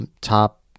top